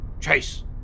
Chase